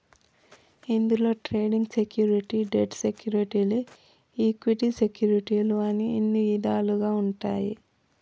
ఇందులో trading security, debt సెక్యూరిటీలు equity సెక్యూరిటీలు అని ఇన్ని ఇదాలుగా ఉంటాయి